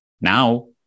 now